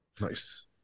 Nice